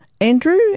Andrew